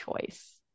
choice